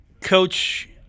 coach